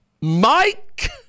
Mike